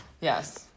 yes